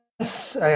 Yes